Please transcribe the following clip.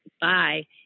Bye